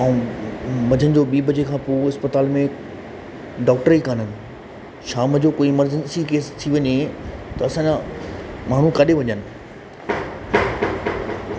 ऐं मंझंदि जो ॿी बजे खां अस्पताल में डॉक्टर ई कोन आहिनि शाम जो कोई इमरजेंसी केस थी वञे त असांजा माण्हू काॾे वञनि